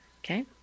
Okay